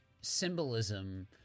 symbolism